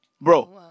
Bro